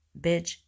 Bitch